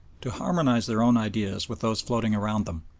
to harmonise their own ideas with those floating around them,